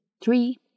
three